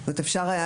אפשר היה,